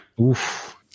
Oof